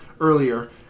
earlier